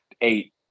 eight